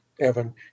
Evan